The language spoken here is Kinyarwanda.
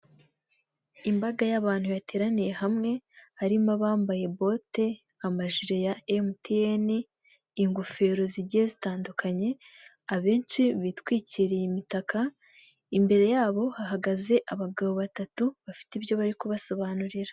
Imbaga y'abantu yateraniye, hamwe harimo abambaye bote, amajire ya emutiyene, ingofero zigiye zitandukanye, abenshi bitwikiriye imitaka, imbere yabo hahagaze abagabo batatu bafite ibyo bari kubasobanurira.